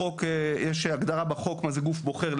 יש הגדרה בחוק מה זה גוף בוחר,